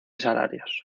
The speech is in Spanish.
salarios